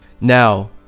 Now